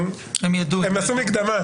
אבל,